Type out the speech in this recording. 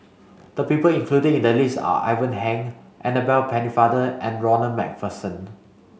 the people included in the list are Ivan Heng Annabel Pennefather and Ronald MacPherson